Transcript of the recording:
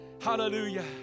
Hallelujah